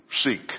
seek